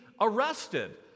arrested